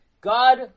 God